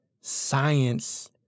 science